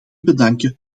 bedanken